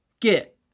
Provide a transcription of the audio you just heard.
Get